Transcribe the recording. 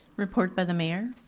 report by the mayor.